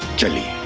chilli